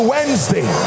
Wednesday